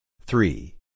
Three